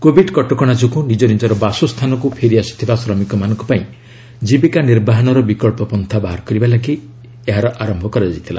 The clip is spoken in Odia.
କୋଭିଡ୍ କଟକଣା ଯୋଗୁଁ ନିଜ ନିଜର ବାସସ୍ଥାନକୁ ଫେରିଆସିଥିବା ଶ୍ରମିକମାନଙ୍କ ପାଇଁ ଜୀବିକା ନିର୍ବାହନର ବିକଳ୍ପ ପନ୍ଥା ବାହାର କରିବା ପାଇଁ ଏହାର ଆରନ୍ଭ କରାଯାଇଥିଲା